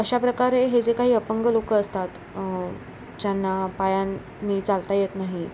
अशा प्रकारे हे जे काही अपंग लोक असतात ज्यांना पायांनी चालता येत नाही